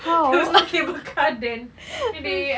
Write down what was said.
there was no cable car then then they